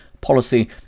policy